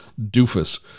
doofus